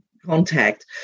Contact